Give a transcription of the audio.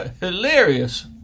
Hilarious